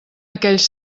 aquells